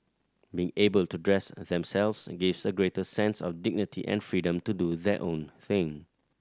being able to dress themselves gives a greater sense of dignity and freedom to do their own thing